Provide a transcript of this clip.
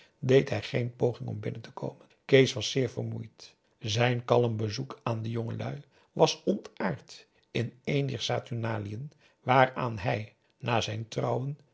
deed hij geen poging om binnen te komen kees was zeer vermoeid zijn kalm bezoek aan de jongelui was ontaard in een dier saturnaliën waaraan hij na zijn trouwen